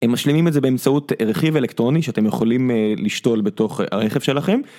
הם משלימים את זה באמצעות רכיב אלקטרוני שאתם יכולים לשתול בתוך הרכב שלכם.